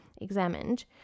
examined